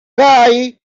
guy